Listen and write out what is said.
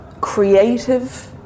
creative